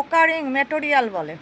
occurring material বলে